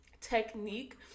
technique